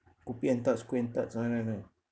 kopi and tarts kuih and tarts I know know